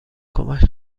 کمک